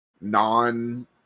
non